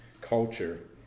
culture